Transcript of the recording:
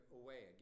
away